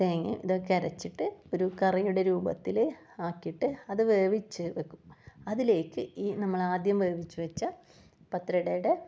തേങ്ങയും ഇതൊക്കെ അരച്ചിട്ട് ഒരു കറിയുടെ രൂപത്തിൽ ആക്കിയിട്ട് അത് വേവിച്ച് വെക്കും അതിലേക്ക് ഈ നമ്മളെ ആദ്യം വേവിച്ച് വെച്ച പത്രടയുടെ